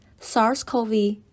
SARS-CoV